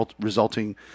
resulting